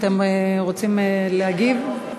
אתם רוצים להגיב?